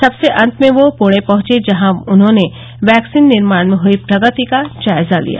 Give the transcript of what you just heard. सबसे अन्त में वह प्णे पहंचे जहां उन्होंने वैक्सीन निर्माण में हयी प्रगति का जायजा लिया